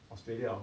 australia hor